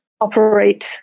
operate